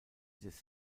des